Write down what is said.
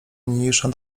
niniejszą